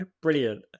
brilliant